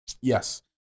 Yes